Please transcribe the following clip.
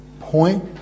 point